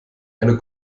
eine